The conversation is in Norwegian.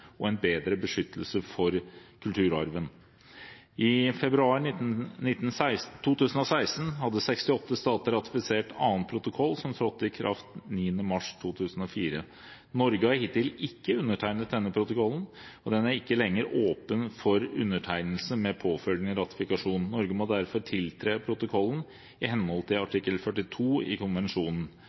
og en bedre beskyttelse for kulturarven. I februar 2016 hadde 68 stater ratifisert annen protokoll, som trådte i kraft 9. mars 2004. Norge har hittil ikke undertegnet denne protokollen, og den er ikke lenger åpen for undertegnelse med påfølgende ratifikasjon. Norge må derfor tiltre protokollen i henhold til artikkel 42 i konvensjonen.